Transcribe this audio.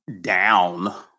down